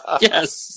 Yes